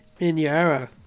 Minyara